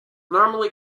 normally